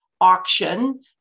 auction